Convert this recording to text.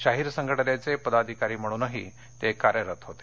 शाहीर संघटनेचे पदाधिकारी म्हणूनही ते कार्यरत होते